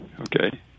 Okay